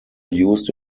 used